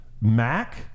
Mac